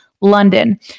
London